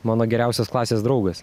mano geriausias klasės draugas